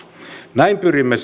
näin pyrimme